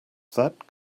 that